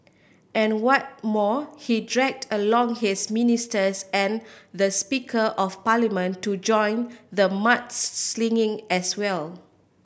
and what more he dragged along his ministers and the Speaker of Parliament to join the mud slinging as well